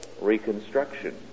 reconstruction